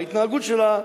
בהתנהגות שלה,